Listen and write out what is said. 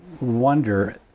wonder